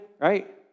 right